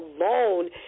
alone